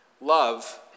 Love